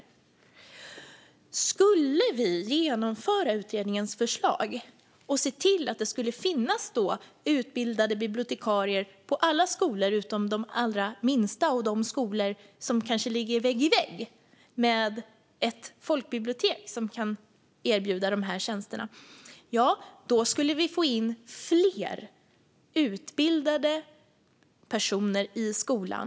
Om vi skulle genomföra utredningens förslag och se till att det skulle finnas utbildade bibliotekarier på alla skolor utom på de allra minsta och på skolor som kanske ligger vägg i vägg med ett folkbibliotek som kan erbjuda de tjänsterna skulle vi få in fler utbildade personer i skolan.